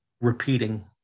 repeating